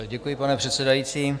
Děkuji, pane předsedající.